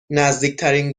نزدیکترین